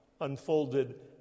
unfolded